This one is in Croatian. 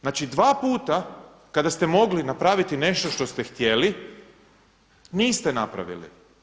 Znači, dva puta kada ste mogli napraviti nešto što ste htjeli, niste napravili.